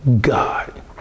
God